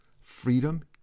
Freedom